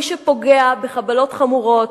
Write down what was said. מי שפוגע בחבלות חמורות,